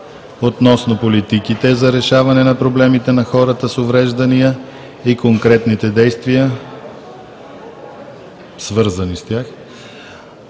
относно политиките за решаване на проблемите на хората с увреждания и конкретните действия, свързани с тях.